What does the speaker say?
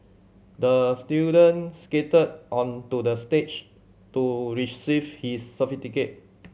the student skated onto the stage to receive his certificate